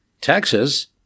Texas